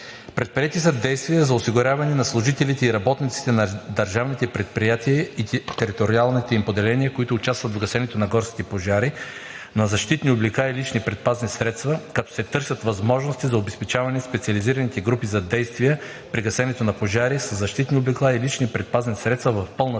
Предприети са действия за осигуряване на служителите и работниците на държавните предприятия и териториалните им поделения, които участват в гасенето на горските пожари, на защитни облекла и лични предпазни средства, като се търсят възможности за обезпечаване на специализираните групи за действия при гасенето на пожари със защитни облекла и лични предпазни средства в пълна степен.